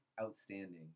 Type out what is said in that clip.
outstanding